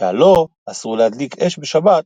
שהלא אסור להדליק אש בשבת,